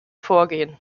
vorgehen